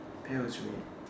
pail is red